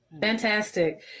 Fantastic